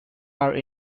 are